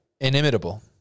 Inimitable